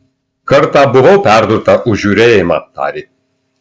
kartą buvau perdurta už žiūrėjimą tarė